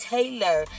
Taylor